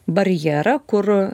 barjerą kur